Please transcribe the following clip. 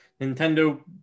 nintendo